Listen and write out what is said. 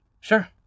Sure